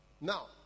Now